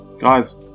Guys